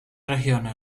regiones